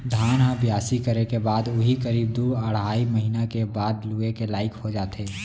धान ह बियासी करे के बाद उही करीब दू अढ़ाई महिना के बाद लुए के लाइक हो जाथे